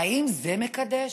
האם זה מקדֵש?